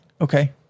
Okay